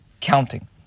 counting